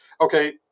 okay